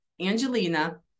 Angelina